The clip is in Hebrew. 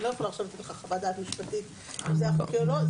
אני לא יכולה עכשיו לתת לך חוות דעת משפטית אם זה היה חוקי או לא.